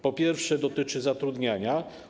Po pierwsze, dotyczy zatrudniania.